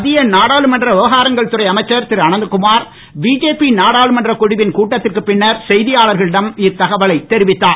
மத்திய நாடாளுமன்ற விவகாரங்கள் துறை அமைச்சர் திரு அனந்த்குமார் பிஜேபி நாடாளுமன்ற குழுவின் கூட்டத்திற்கு பின்னர் செய்தியாளர்களிடம் இத்தகவல்களை தெரிவித்தார்